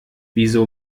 wieso